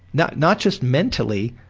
not not just mentally,